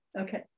okay